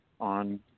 on